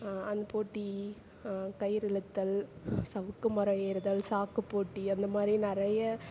அந்த போட்டி கயிறு இழுத்தல் சருக்கு மரம் ஏறுதல் சாக்கு போட்டி அந்த மாதிரி நிறைய